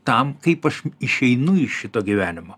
tam kaip aš išeinu iš šito gyvenimo